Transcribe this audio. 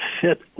fit